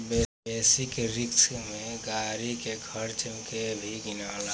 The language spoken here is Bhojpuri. बेसिक रिस्क में गाड़ी के खर्चा के भी गिनाला